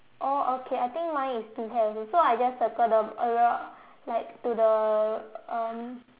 oh okay I think mine is two pears so I just circle the area like to the um